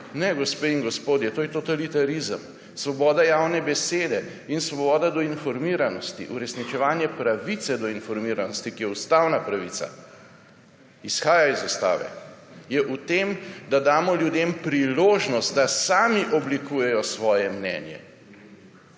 Ne, gospe in gospodje, to je totalitarizem. Svoboda javne besede in svoboda do informiranosti, uresničevanje pravice do informiranosti, ki je ustavna pravica, izhaja iz ustave, je v tem, da damo ljudem priložnost, da sami oblikujejo svoje mnenje.